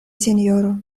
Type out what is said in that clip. sinjoro